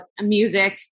music